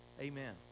amen